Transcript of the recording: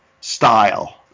style